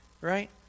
right